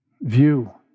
View